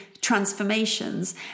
transformations